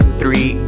three